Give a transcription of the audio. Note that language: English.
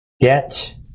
Get